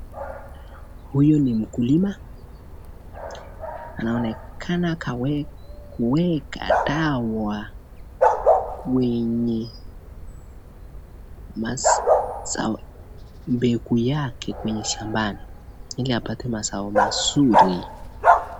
Huyu ni mkulima, anaonekana kuweka dawa kwenye mazao mbegu yake kwenye shambani ili apate mazao mazuri.